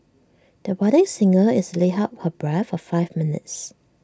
the budding singer easily held her breath for five minutes